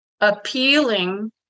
Appealing